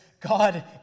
God